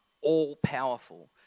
all-powerful